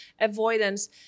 avoidance